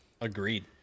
agreed